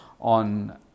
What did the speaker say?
on